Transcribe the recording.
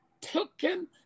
taken